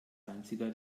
einziger